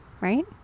Right